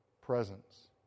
presence